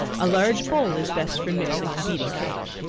a large bowl is best for mixing and beating cake.